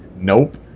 nope